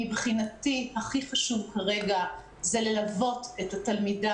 מבחינתי הכי חשוב כרגע ללוות את התלמידה